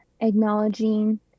acknowledging